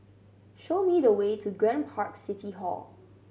show me the way to Grand Park City Hall